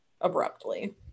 abruptly